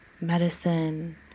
medicine